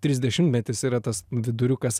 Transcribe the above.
trisdešimtmetis yra tas viduriukas